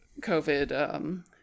COVID